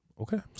Okay